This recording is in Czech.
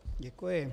Děkuji.